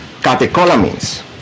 catecholamines